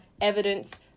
evidence